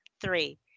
Three